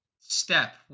step